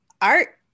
art